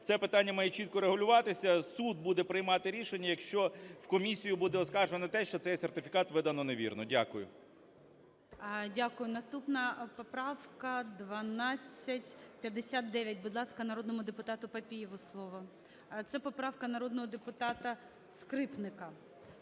це питання має чітко регулюватися. Суд буде приймати рішення, якщо в комісію буде оскаржено те, що цей сертифікат видано невірно. Дякую. ГОЛОВУЮЧИЙ. Дякую. Наступна поправка – 1259. Будь ласка, народному депутату Папієву слово. Це поправка народного депутата Скрипника.